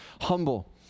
Humble